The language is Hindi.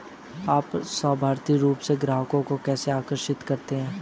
आप स्वाभाविक रूप से ग्राहकों को कैसे आकर्षित करते हैं?